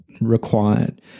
required